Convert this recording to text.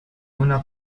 una